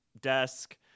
desk